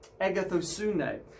agathosune